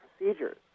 procedures